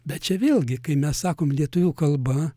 bet čia vėlgi kai mes sakom lietuvių kalba